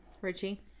Richie